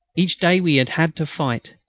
each day we had had to fight.